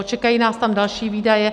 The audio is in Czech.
Čekají nás tam další výdaje.